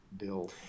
bill